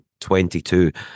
22